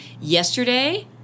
yesterday